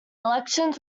elections